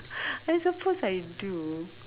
I suppose I do